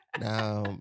Now